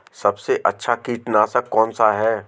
सबसे अच्छा कीटनाशक कौनसा है?